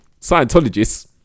Scientologists